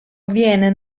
avviene